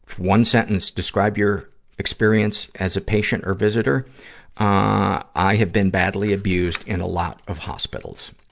one sentence, describe your experience as a patient or visitor ah i have been badly abused in a lot of hospitals.